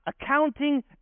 accounting